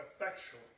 effectual